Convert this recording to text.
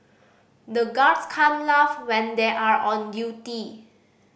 the guards can't laugh when they are on duty